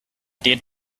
dead